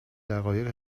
دقایق